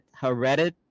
heredit